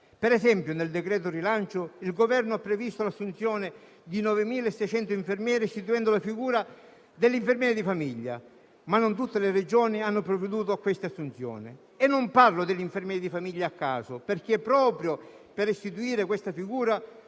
Ad esempio, nel decreto-legge rilancio, il Governo ha previsto l'assunzione di 9.600 infermieri, istituendo la figura dell'infermiere di famiglia, ma non tutte le Regioni hanno provveduto a queste assunzioni. Non parlo degli infermieri di famiglia a caso, perché proprio per istituire questa figura